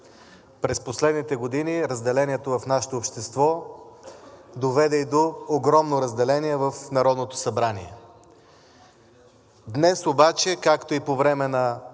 През последните години разделението в нашето общество доведе и до огромно разделение в Народното събрание. Днес обаче, както и по време на